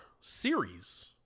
series